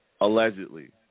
allegedly